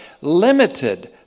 limited